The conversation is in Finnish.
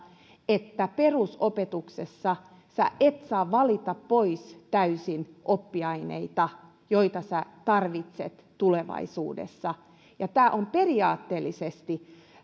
että perusopetuksessa sinä et saa valita pois täysin oppiaineita joita sinä tarvitset tulevaisuudessa ja tämä on periaatteellisesti